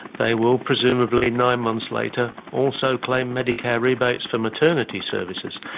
they will presumably, nine months later, also claim medicare rebates for maternity services.